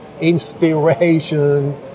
inspiration